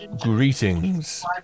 greetings